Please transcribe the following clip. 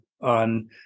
on